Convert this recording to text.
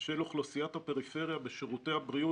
של אוכלוסיית הפריפריה בשירותי הבריאות